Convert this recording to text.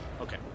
Okay